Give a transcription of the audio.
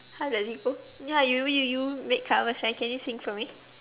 how does it go ya you you you make sounds like can you sing for me